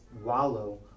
wallow